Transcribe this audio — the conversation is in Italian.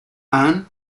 anne